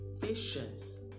patience